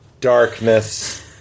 Darkness